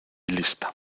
lista